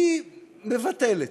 היא מבטלת.